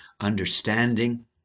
understanding